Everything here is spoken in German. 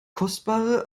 kostbare